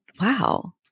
wow